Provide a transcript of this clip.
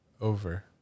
Over